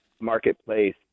Marketplace